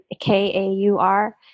K-A-U-R